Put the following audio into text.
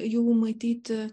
jau matyti